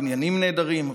בניינים נהדרים,